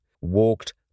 walked